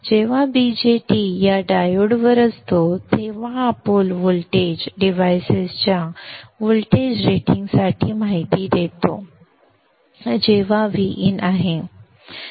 जेव्हा BJT या डायोडवर असतो तेव्हा हा पोल व्होल्टेज डिव्हाइसेसच्या व्होल्टेज रेटिंगसाठी माहिती देतो जेव्हा Vin आहे